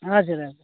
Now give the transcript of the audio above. हजुर हजुर